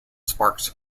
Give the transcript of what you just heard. sparks